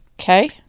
Okay